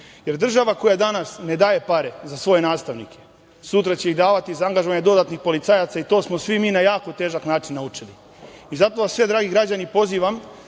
jer država koja danas ne daje pare za svoje nastavnike, sutra će ih davati za angažovanje dodatnih policajaca i to smo svi mi na jako težak način naučili. Zato vas sve, dragi građani, pozivam